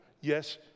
Yes